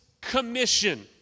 commission